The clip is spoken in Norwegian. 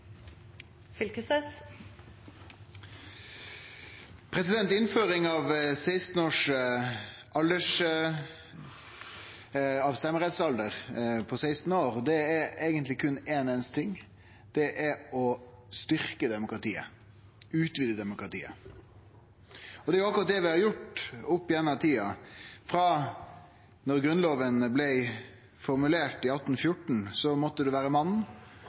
grunnlovsendringene. Innføring av ein stemmerettsalder på 16 år er eigentleg berre ein einaste ting, og det er ei styrking og ei utviding av demokratiet. Det er akkurat det vi har gjort opp igjennom tida, frå da Grunnloven blei formulert i 1814. Da måtte ein vere mann,